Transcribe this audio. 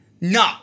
No